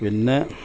പിന്നെ